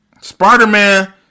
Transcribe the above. Spider-Man